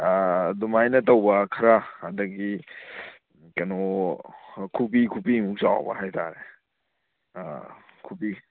ꯑꯗꯨꯃꯥꯏꯅ ꯇꯧꯕ ꯈꯔ ꯑꯗꯒꯤ ꯀꯩꯅꯣ ꯈꯨꯕꯤ ꯈꯨꯕꯤꯃꯨꯛ ꯆꯥꯎꯕ ꯍꯥꯏ ꯇꯥꯔꯦ ꯑꯥ ꯈꯨꯕꯤ